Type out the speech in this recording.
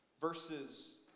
Verses